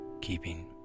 keeping